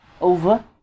over